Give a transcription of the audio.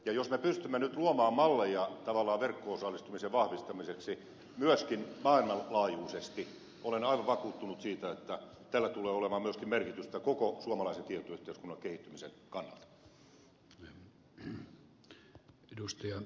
jos me pystymme nyt luomaan malleja tavallaan verkko osallistumisen vahvistamiseksi myöskin maailmanlaajuisesti olen aivan vakuuttunut siitä että tällä tulee olemaan myöskin merkitystä koko suomalaisen tietoyhteiskunnan kehittymisen kannalta